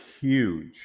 huge